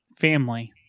family